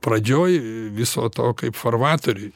pradžioj viso to kaip farvatoriuj